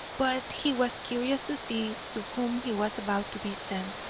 but he was curious to see to whom he was about to be sent.